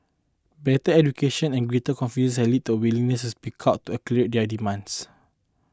better education and greater confidence have lead to a willingness to speak out to articulate their demands